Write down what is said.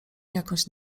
jakąś